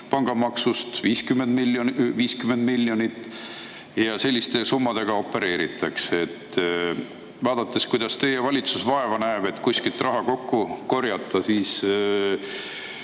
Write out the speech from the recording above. pangamaksust. Selliste summadega opereeritakse. Vaadates, kuidas teie valitsus vaeva näeb, et kuskilt raha kokku korjata, ma